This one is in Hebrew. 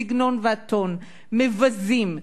הסגנון והטון מבזים וזולים,